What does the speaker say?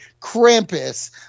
Krampus